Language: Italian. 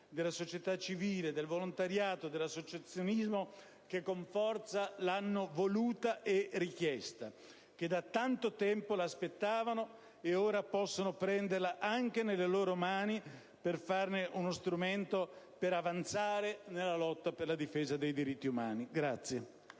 della società civile, del volontariato e dell'associazionismo, che con forza l'hanno voluta e richiesta, che da tanto tempo l'aspettavano e ora possono prenderla anche nelle loro mani per farne uno strumento per avanzare nella lotta in difesa dei diritti umani.